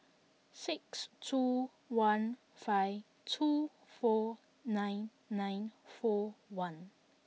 six two one five two four nine nine four one